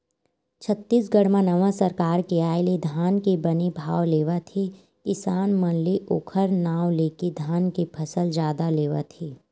छत्तीसगढ़ म नवा सरकार के आय ले धान के बने भाव लेवत हे किसान मन ले ओखर नांव लेके धान के फसल जादा लेवत हे